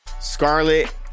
Scarlet